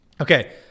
Okay